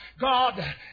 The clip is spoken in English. God